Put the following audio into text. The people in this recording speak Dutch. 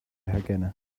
herkennen